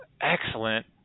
Excellent